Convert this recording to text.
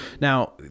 Now